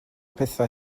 pethau